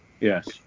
Yes